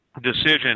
decision